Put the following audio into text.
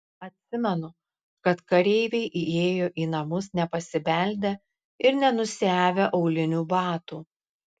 atsimenu kad kareiviai įėjo į namus nepasibeldę ir nenusiavę aulinių batų